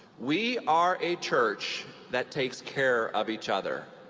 we are a church that takes care of each other.